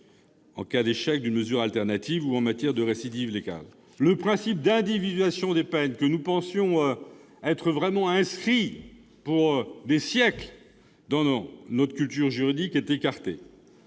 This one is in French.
en cas d'échec d'une mesure alternative ou en matière de récidive légale. Le principe d'individualisation de la peine, que nous pensions être inscrit pour des siècles dans notre culture juridique, est écarté.